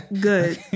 good